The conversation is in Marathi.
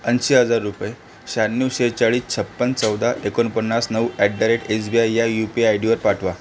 ऐंशी हजार रुपये शहाण्णव सेहेचाळीस छप्पन चौदा एकोणपन्नास नऊ at the rate S B I या यू पी आय डी वर पाठवा